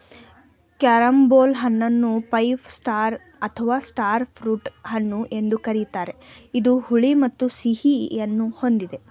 carambola ಹಣ್ಣನ್ನು five star ಅಥವಾ star fruit ಹಣ್ಣು ಎಂದು ಕರಿತಾರೆ ಇದು ಹುಳಿ ಮತ್ತು ಸಿಹಿಯನ್ನು ಹೊಂದಿದೆ